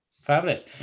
Fabulous